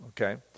okay